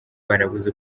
barabuze